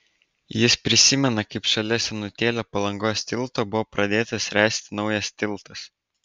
jis prisimena kaip šalia senutėlio palangos tilto buvo pradėtas ręsti naujas tiltas